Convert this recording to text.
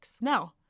No